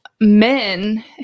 men